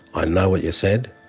i know what you said.